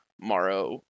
Morrow